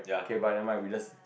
okay but never mind we just